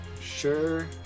Sure